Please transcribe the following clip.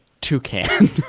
toucan